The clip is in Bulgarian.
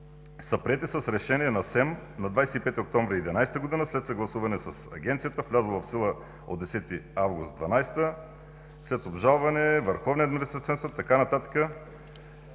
приети с решение на СЕМ на 25 октомври 2011 г. след съгласуване с Агенцията, влязло в сила от 10 август 2012 г. След обжалване, Върховният административен съд